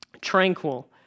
tranquil